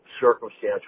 circumstantial